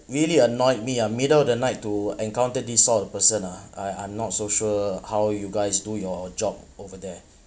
really annoyed me ah middle of the night to encounter this sort of person ah I I'm not so sure how you guys do your job over there